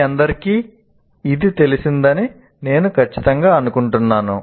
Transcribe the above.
మీ అందరికీ ఇది తెలిసిందని నేను ఖచ్చితంగా అనుకుంటున్నాను